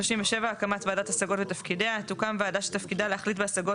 הקמת ועדת השגות ותפקידיה 37. תוקם ועדה שתפקידה להחליט בהשגות